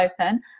open